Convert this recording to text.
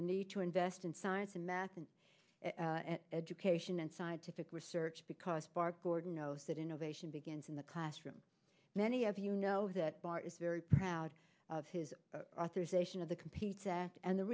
the need to invest in science and math in education and scientific research because bart gordon knows that innovation begins in the classroom many of you know that bart is very proud of his authorization of the competes act and the